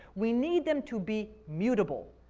we need them to be mutable,